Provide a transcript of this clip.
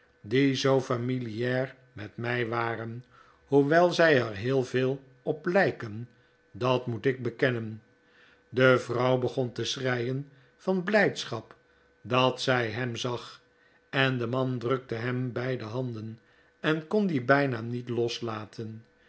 zoo familiaar met mij waren hoewel zij er heel veel op lijken dat moet ik bekennen de vrouw begon te schreien van blijdschap dat zij hem zag en de man drukte hem beide handen en kon die bijna niet loslaten